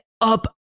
up